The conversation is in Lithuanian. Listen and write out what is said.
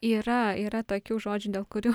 yra yra tokių žodžių dėl kurių